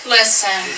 Listen